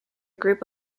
group